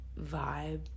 vibe